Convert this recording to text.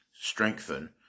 strengthen